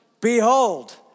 Behold